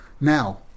now